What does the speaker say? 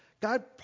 God